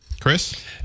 Chris